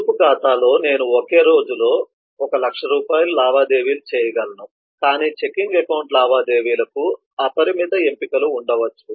పొదుపు ఖాతాలో నేను ఒకే రోజులో 1 లక్ష రూపాయలు లావాదేవీలు చేయగలను కాని చెకింగ్ అకౌంట్ లావాదేవీలకు అపరిమిత ఎంపికలు ఉండవచ్చు